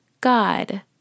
God